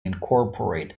incorporate